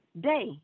day